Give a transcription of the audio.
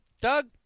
Doug